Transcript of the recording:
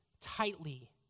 tightly